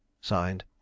signed